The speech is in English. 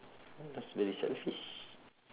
that's very selfish